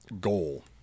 goal